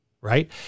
right